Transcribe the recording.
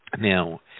Now